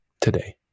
today